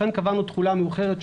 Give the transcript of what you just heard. לכן קבענו תחולה מאוחרת,